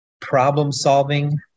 problem-solving